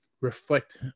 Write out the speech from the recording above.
reflect